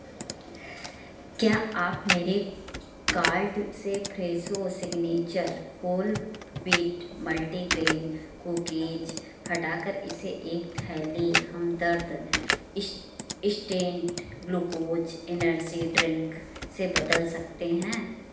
क्या आप मेरे कार्ट से Fresho signature whole wheat multigrain cookies हटा कर इसे एक थैली हमदर्द इस इस्टेंट ग्लूकोच एनर्जी ड्रिंक से बदल सकते हैं